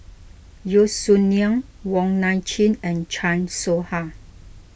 Yeo Song Nian Wong Nai Chin and Chan Soh Ha